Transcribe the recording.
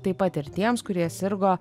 taip pat ir tiems kurie sirgo